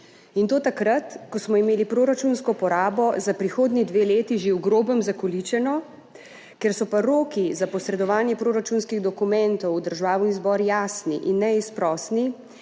in to takrat, ko smo imeli proračunsko porabo za prihodnji dve leti že v grobem zakoličeno, ker so pa roki za posredovanje proračunskih dokumentov v Državni zbor jasni in neizprosni,